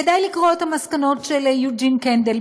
כדאי לקרוא את המסקנות של יוג'ין קנדל.